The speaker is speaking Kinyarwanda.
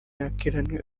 yakiranywe